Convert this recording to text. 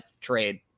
trade